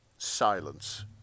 Silence